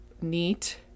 neat